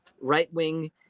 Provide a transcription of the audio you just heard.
right-wing